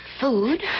Food